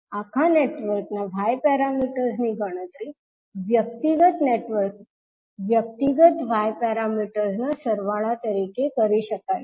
આખા નેટવર્કના y પેરામીટર્સની ગણતરી વ્યક્તિગત નેટવર્કના વ્યક્તિગત y પેરામીટર્સ ના સરવાળા તરીકે કરી શકાય છે